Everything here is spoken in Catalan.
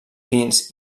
pins